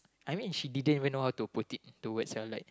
I mean she didn't even know how to put into words ah like